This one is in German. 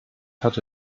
hatte